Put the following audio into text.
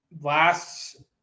last –